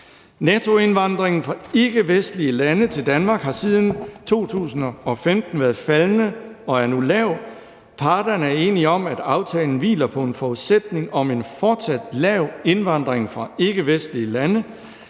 »Nettoindvandringen fra ikke-vestlige lande til Danmark har siden 2015 været faldende og er nu lav. Parterne er enige om, at aftalen hviler på en forudsætning om en fortsat lav indvandring fra ikke-vestlige lande.